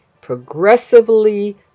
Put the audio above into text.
progressively